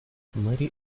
mighty